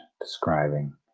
describing